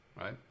right